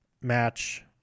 match